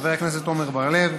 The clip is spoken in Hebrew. חבר הכנסת עמר בר-לב,